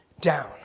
down